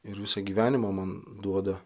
ir visą gyvenimą man duoda